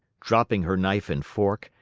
dropping her knife and fork,